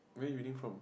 where you reading from